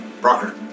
Broker